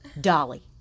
Dolly